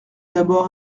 d’abord